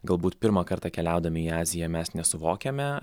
galbūt pirmą kartą keliaudami į aziją mes nesuvokiame